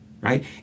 Right